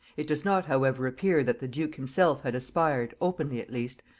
it does not however appear that the duke himself had aspired, openly at least,